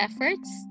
efforts